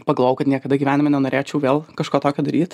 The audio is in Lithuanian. pagalvojau kad niekada gyvenime nenorėčiau vėl kažko tokio daryt